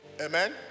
Amen